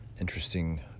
interesting